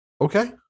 Okay